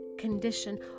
condition